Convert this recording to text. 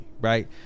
right